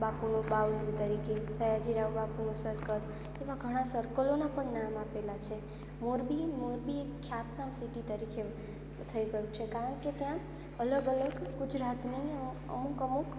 બાપુનું બાવલું તરીકે સયાજીરાવ બાપુનું સર્કલ એવા ઘણાં સર્કલોનાં પણ નામ આપેલાં છે મોરબી મોરબી એ ખ્યાતનામ સિટી તરીકે થઇ ગયું છે કે ત્યાં અલગ અલગ ગુજરાતની અ અમુક અમુક